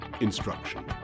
instruction